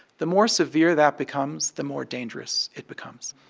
the more severe that becomes, the more dangerous it becomes